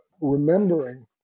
remembering